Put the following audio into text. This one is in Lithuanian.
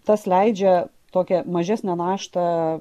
tas leidžia tokią mažesnę naštą